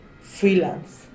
freelance